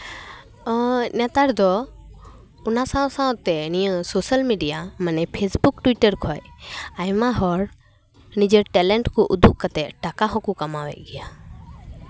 ᱱᱮᱛᱟᱨ ᱫᱚ ᱚᱱᱟ ᱥᱟᱶ ᱥᱟᱶᱛᱮ ᱱᱤᱭᱟᱹ ᱥᱳᱥᱟᱞ ᱢᱤᱰᱤᱭᱟ ᱢᱟᱱᱮ ᱯᱷᱮᱥᱵᱩᱠ ᱴᱩᱭᱴᱟᱨ ᱠᱷᱚᱡ ᱟᱭᱢᱟ ᱦᱚᱲ ᱱᱤᱡᱮᱨ ᱴᱮᱞᱮᱱᱴ ᱠᱚ ᱩᱫᱩᱜ ᱠᱟᱛᱮ ᱴᱟᱠᱟ ᱦᱚᱸᱠᱚ ᱠᱟᱢᱟᱣᱮᱜ ᱜᱮᱭᱟ